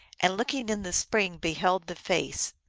and looking in the spring beheld the face.